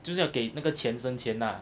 就是要给那个钱生钱呐